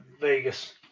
Vegas